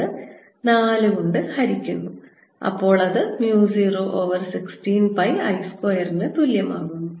ഇത് 4 കൊണ്ട് ഹരിക്കുന്നു അപ്പോൾ അത് mu 0 ഓവർ 16 പൈ I സ്ക്വയറിനു തുല്യമാകുന്നു